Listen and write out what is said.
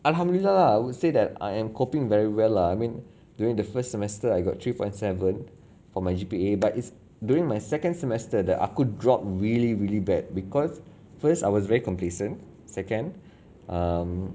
alhamdulillah I would say that I am coping very well lah I mean during the first semester I got three point seven for my G_P_A but it's during my second semester that aku drop really really bad because first I was very complacent second um